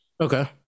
Okay